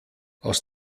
aus